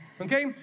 Okay